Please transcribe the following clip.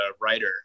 writer